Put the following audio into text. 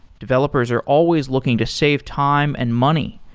developers are always looking to save time and money,